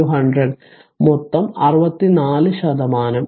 4 100 അതായത് 64 ശതമാനം